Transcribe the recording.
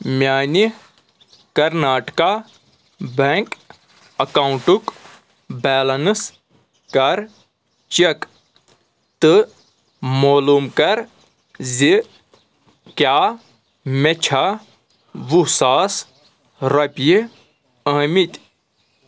میٛانہِ کرناٹکا بیٚنٛک اَکاوُنٹُک بیلنس کَر چیک تہٕ معلوٗم کَر زِ کیٛاہ مےٚ چھا وُہ ساس رۄپیہِ آمٕتۍ